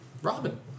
Robin